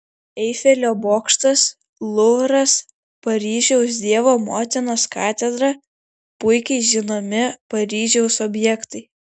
eifelio bokštas luvras paryžiaus dievo motinos katedra puikiai žinomi paryžiaus objektai